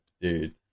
dude